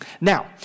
Now